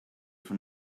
for